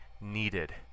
needed